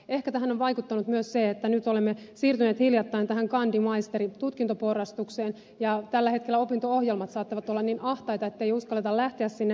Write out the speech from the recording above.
ehkä tähän on vaikuttanut myös se että nyt olemme siirtyneet hiljattain tähän kandi maisteritutkintoporrastukseen ja tällä hetkellä opinto ohjelmat saattavat olla niin ahtaita ettei uskalleta lähteä vaihtoon